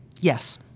Yes